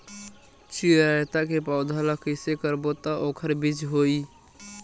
चिरैता के पौधा ल कइसे करबो त ओखर बीज होई?